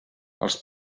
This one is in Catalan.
els